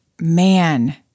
man